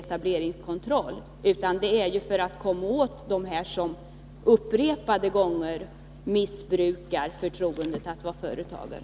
Etableringskontrollen är ju till för att man skall komma åt dem som upprepade gånger missbrukar det förtroende som det innebär att vara företagare.